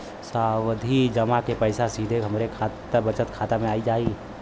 सावधि जमा क पैसा सीधे हमरे बचत खाता मे आ जाई?